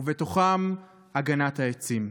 ובתוכם הגנת העצים.